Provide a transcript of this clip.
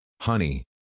Honey